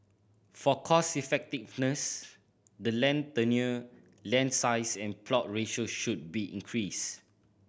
for cost effectiveness the land tenure land size and plot ratio should be increased